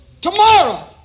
tomorrow